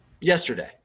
Yesterday